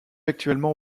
actuellement